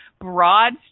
broad